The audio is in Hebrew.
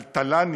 על תל"נים.